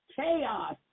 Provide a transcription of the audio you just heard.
chaos